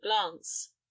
glance